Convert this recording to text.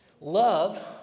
Love